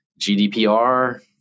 GDPR